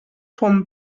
vom